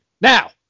now